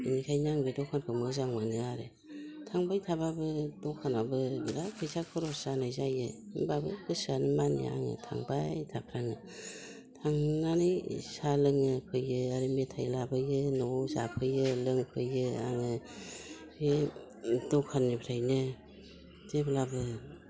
बेखायनो आं बे दखानखौ मोजां मोनो आरो थांबाय थाबाबो दखानाबो बिराद फैसा खरस जानाय जायो होमब्लाबो गोसोआनो मानिया आङो थांबाय थाफ्राङो थांनानै साहा लोङो मेथाइ लाबोयो आरो मेथाय लाबोना न'आव जाफैयो लोंफैयो आङो बे दखाननिफ्रायनो जेब्लाबो